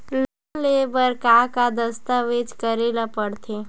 Loan ले बर का का दस्तावेज करेला पड़थे?